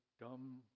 dumb